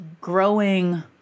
growing